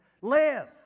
live